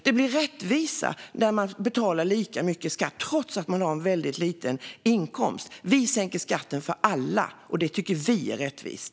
Det blir rättvisa när man betalar lika mycket skatt trots att man har en väldigt liten inkomst. Vi sänker skatten för alla, och det tycker vi är rättvist.